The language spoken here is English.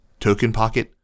TokenPocket